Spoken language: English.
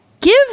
Give